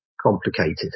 complicated